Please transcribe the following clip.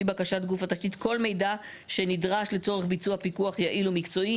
בקשת גוף התשתית כל מידע שנדרש לצורך ביצוע פיקוח יעיל ומקצועי".